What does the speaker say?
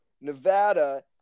Nevada